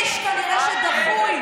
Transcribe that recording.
איש כנראה דחוי,